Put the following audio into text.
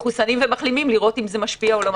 מחוסנים ומחלימים כדי לראות אם זה משפיע או לא משפיע.